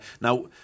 now